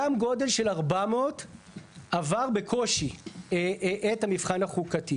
גם גודל של 400 עבר בקושי את המבחן החוקתי.